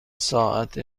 ساعت